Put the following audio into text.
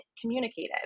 communicated